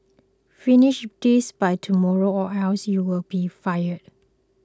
finish this by tomorrow or else you'll be fired